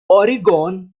oregon